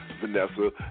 Vanessa